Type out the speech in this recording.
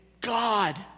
God